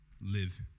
live